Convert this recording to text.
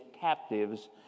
captives